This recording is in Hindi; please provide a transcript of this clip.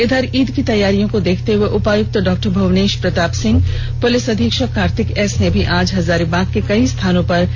इधर ईद की तैयारियों को देखते हुए उपायुक्त डॉ भुवनेश प्रताप सिंह पुलिस अधीक्षक कार्तिक एस ने भी आज हजारीबाग के कई स्थानों पर निरीक्षण किया